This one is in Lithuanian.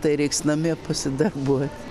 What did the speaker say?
tai reiks namie pasidarbuot